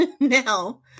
now